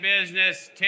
business